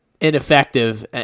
ineffective